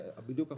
בדיוק להיפך.